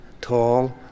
tall